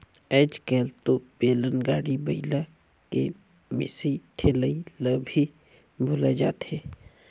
आयज कायल तो बेलन, गाड़ी, बइला के मिसई ठेलई ल भी भूलाये जाथे